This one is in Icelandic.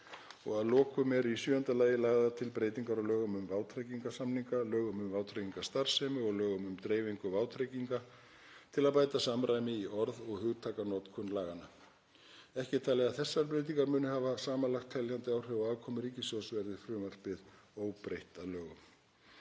Að lokum eru í sjöunda lagi lagðar til breytingar á lögum um vátryggingasamninga, lögum um vátryggingastarfsemi og lögum um dreifingu vátrygginga til að bæta samræmi í orð- og hugtakanotkun laganna. Ekki er talið að þessar breytingar muni hafa samanlagt teljandi áhrif á afkomu ríkissjóðs verði frumvarpið óbreytt að lögum.